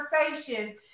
conversation